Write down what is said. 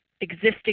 existing